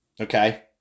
okay